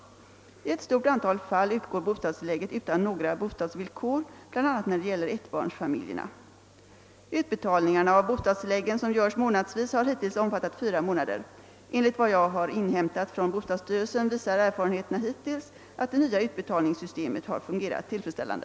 I ett stort antal fall utgår bostadstillägget utan några bostadsvillkor, bl.a. när det gäller ettbarnsfamiljerna. Utbetalningarna av bostadstilläggen, som görs månadsvis, har hittills omfattat fyra månader. Enligt vad jag har inhämtat från bostadsstyrelsen visar erfarenheterna hittills att det nya utbe talningssystemet har fungerat tillfredsställande.